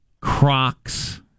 Crocs